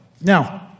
Now